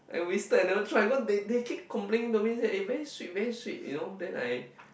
I wasted I never try because they they keep complaining to me eh very sweet very sweet you know then I